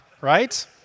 Right